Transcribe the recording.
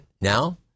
Now